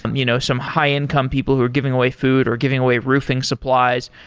um you know some high-income people who are giving away food, or giving away roofing supplies,